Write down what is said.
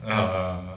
ya uh uh